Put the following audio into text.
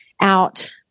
out